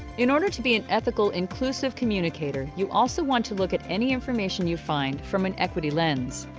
in order to be an ethical inclusive communicator you also want to look at any information you find from an equity lens.